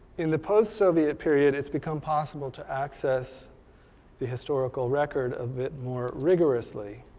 in the post-soviet period it's become possible to access the historical record a bit more rigorously.